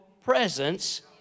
presence